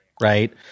Right